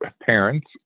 parents